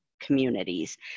communities